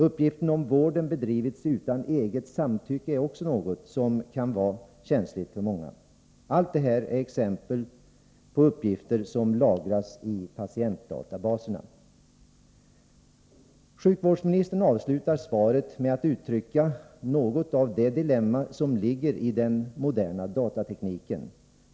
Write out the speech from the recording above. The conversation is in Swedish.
Uppgiften om vården bedrivits utan eget samtycke kan också vara känslig för många. Allt detta är exempel på uppgifter som lagras i patientdatabaserna. Sjukvårdsministern avslutar svaret med att uttrycka något av det dilemma som ligger i den moderna datatekniken.